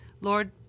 Lord